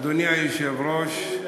אדוני היושב-ראש, חברים,